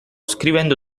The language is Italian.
scrivendo